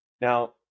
Now